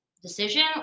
decision